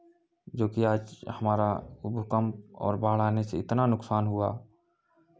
जो कि आज हमारा भूकंप और बाढ़ आने से इतना नुकसान हुआ